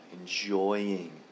enjoying